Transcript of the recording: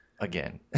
again